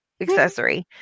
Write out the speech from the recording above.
accessory